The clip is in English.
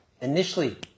initially